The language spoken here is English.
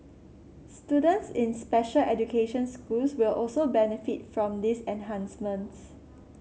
students in special education schools will also benefit from these enhancements